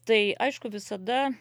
tai aišku visada